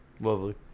Lovely